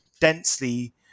densely